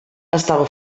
estava